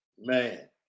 Man